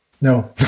no